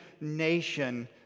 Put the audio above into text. nation